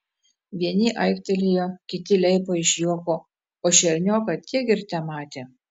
vieni aiktelėjo kiti leipo iš juoko o šernioką tiek ir tematė